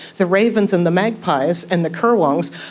the ravens and the magpies and the currawongs,